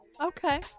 Okay